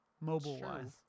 mobile-wise